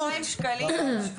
700,